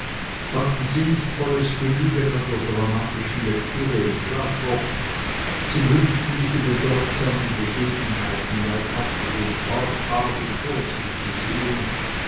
fanden sie nicht volles genügen an der dramatischen lektüre im schlafrock sie wünschten diese bedeutsamen begebenheiten leibhaftig und farbig vor sich zu sehen